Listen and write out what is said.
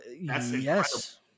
Yes